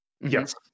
Yes